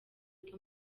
wiga